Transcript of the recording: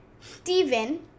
Steven